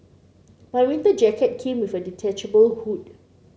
my winter jacket came with a detachable hood